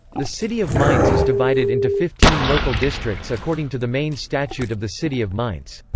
the city of mainz is divided into fifteen local districts according to the main statute of the city of mainz.